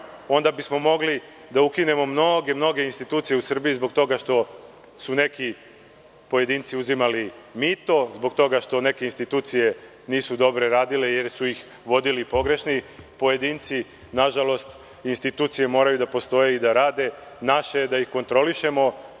Onda bismo mogli da ukinemo mnoge institucije u Srbiji zbog toga što su neki pojedinci uzimali mito, zbog toga što neke institucije nisu dobro radile jer su ih vodili pogrešni pojedinci. Na žalost, institucije moraju da postoje i da rade. Naše je da ih kontrolišemo,